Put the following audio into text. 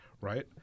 right